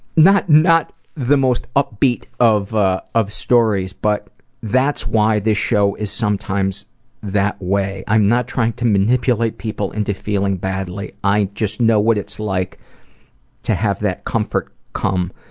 not not the most upbeat of ah of stories but that's why this show is sometimes that way. i'm not trying to manipulate people into feeling badly i just know what it's like to have that comfort come